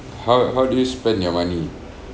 how how do you spend your money